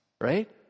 Right